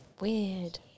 weird